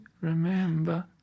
remember